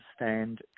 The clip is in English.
understand